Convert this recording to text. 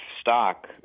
stock